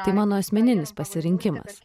tai mano asmeninis pasirinkimas